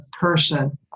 person